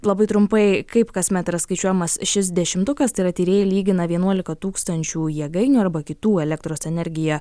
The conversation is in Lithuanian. labai trumpai kaip kasmet yra skaičiuojamas šis dešimtukas tai yra tyrėjai lygina vienuolika tūkstančių jėgainių arba kitų elektros energiją